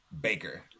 Baker